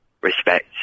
respect